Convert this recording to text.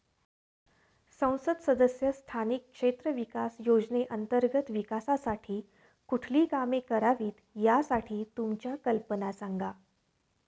संसद सदस्य स्थानिक क्षेत्र विकास योजने अंतर्गत विकासासाठी कुठली कामे करावीत, यासाठी तुमच्या कल्पना सांगा